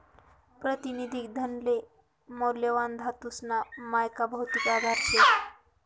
प्रातिनिधिक धनले मौल्यवान धातूसना मायक भौतिक आधार शे